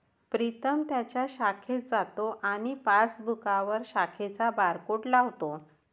प्रीतम त्याच्या शाखेत जातो आणि पासबुकवर शाखेचा बारकोड लावतो